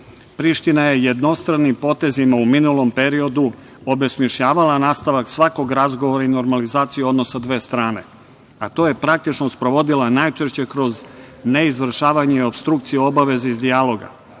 Briselu. Priština je jednostranim potezima u minulom periodu obesmišljavala nastavak svakog razgovora i normalizaciju odnosa dve strane, a to je praktično sprovodila najčešće kroz neizvršavanje i opstrukcije obaveza iz dijaloga,